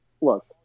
look